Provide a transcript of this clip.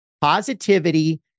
positivity